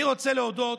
אני רוצה להודות